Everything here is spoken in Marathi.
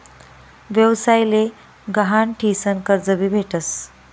व्यवसाय ले गहाण ठीसन कर्ज भी भेटस